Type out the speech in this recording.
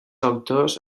autors